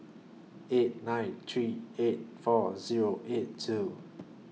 eight nine eight three four Zero eight two